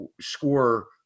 score